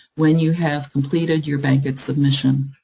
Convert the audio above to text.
when you have completed your bankit submission.